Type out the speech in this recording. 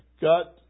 got